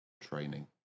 training